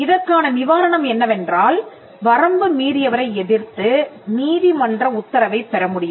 இதற்கான நிவாரணம் என்னவென்றால் வரம்பு மீறியவரை எதிர்த்து நீதிமன்ற உத்தரவைப் பெற முடியும்